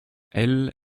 elles